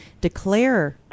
declare